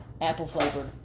apple-flavored